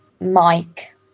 Mike